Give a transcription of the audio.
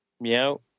Meow